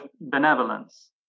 benevolence